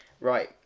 Right